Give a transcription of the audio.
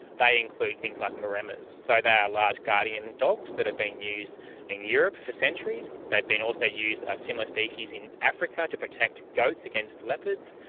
they include things like maremmas, so they are large guardian dogs that have been used in europe for centuries. they've been also used, a similar species, in africa to protect goats against leopards.